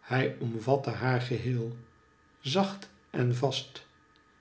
hij omvatte haar geheel zacht en vast